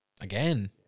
Again